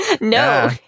No